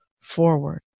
forward